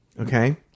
okay